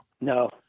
no